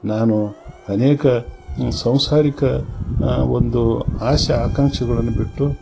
ನಾನು ಅನೇಕ ಸಾಂಸಾರಿಕ ಒಂದು ಆಶೆ ಆಕಾಂಕ್ಷೆಗಳನ್ನು ಬಿಟ್ಟು